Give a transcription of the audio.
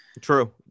True